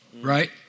right